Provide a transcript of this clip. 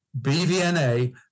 BVNA